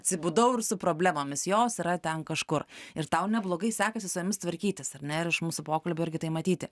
atsibudau ir su problemomis jos yra ten kažkur ir tau neblogai sekasi su jomis tvarkytis ar ne ir iš mūsų pokalbio irgi tai matyti